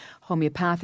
homeopathic